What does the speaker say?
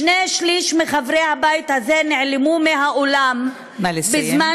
שני-שלישים מחברי הבית הזה נעלמו מהאולם בזמן